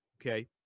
Okay